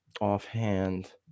offhand